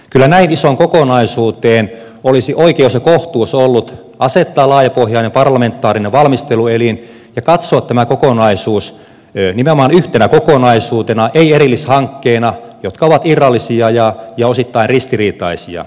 kyllä näin isoon kokonaisuuteen olisi oikeus ja kohtuus ollut asettaa laajapohjainen parlamentaarinen valmisteluelin ja katsoa tämä kokonaisuus nimenomaan yhtenä kokonaisuutena ei erillishankkeina jotka ovat irrallisia ja osittain ristiriitaisia